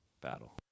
battle